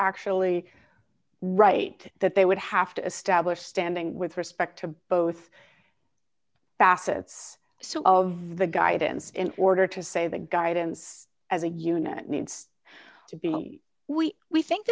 actually right that they would have to establish standing with respect to both so the guidance in order to save the gardens as a unit needs to be we we think